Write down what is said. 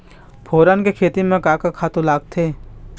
फोरन के खेती म का का खातू लागथे?